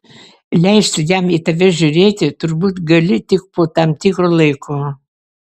leisti jam į tave žiūrėti turbūt gali tik po tam tikro laiko